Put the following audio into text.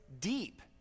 deep